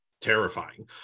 terrifying